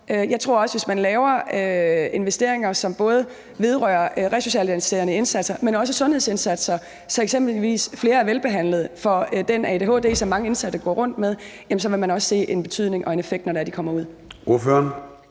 Jeg tror også, at hvis man laver investeringer, som både vedrører resocialiserende indsatser, men også sundhedsindsatser, så eksempelvis flere er velbehandlede for den adhd, som mange indsatte går rundt med, vil det have en betydning, og man vil også kunne se